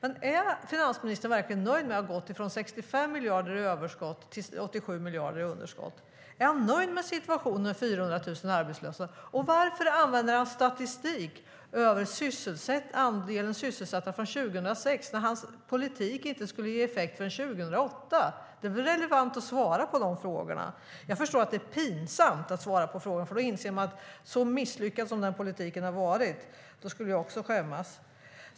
Är finansministern nöjd med att ha gått från 65 miljarder i överskott till 87 miljarder i underskott? Är han nöjd med situationen 400 000 arbetslösa? Varför använder han statistik över andelen sysselsatta från 2006 när hans politik inte skulle ge effekt förrän 2008? Det är väl relevant att svara på de frågorna? Jag förstår att det är pinsamt att svara på frågorna. Så misslyckad som den politiken har varit skulle jag också skämmas.